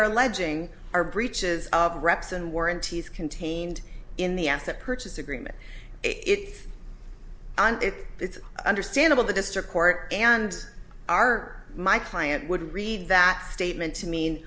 are alleging are breaches of reps and warranties contained in the asset purchase agreement if and if it's understandable the district court and our my client would read that statement to m